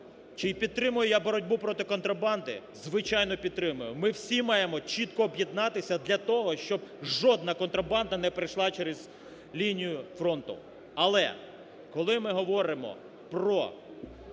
Чи підтримую я боротьбу проти контрабанди? Звичайно, підтримую. Ми всі маємо чітко об'єднатися для того, щоб жодна контрабанда не пройшла через лінію фронту. Але, коли ми говоримо про